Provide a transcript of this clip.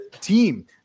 team